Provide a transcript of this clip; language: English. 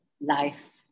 life